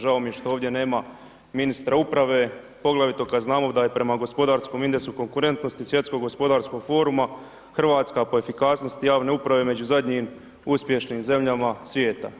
Žao mi je što ovdje nema ministra uprave, poglavito kada znamo da je prema gospodarskom indeksu konkurentnosti, Svjetskog gospodarskog foruma Hrvatska po efikasnosti javne uprave među zadnjim uspješnim zemljama svijeta.